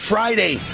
Friday